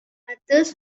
others